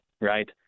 right